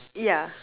yeah